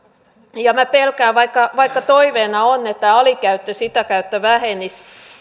minä pelkään vaikka vaikka toiveena on että alikäyttö sitä kautta vähenisi